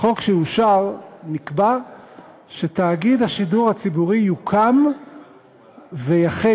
בחוק שאושר נקבע שתאגיד השידור הציבורי יוקם ויחל